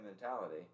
mentality